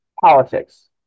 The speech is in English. politics